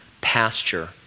pasture